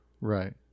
Right